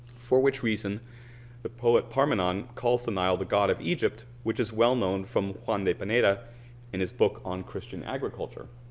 for which reason the poet parmenon calls the nile the god of egypt, which is well known for juan de pineda in his book on christian agriculture.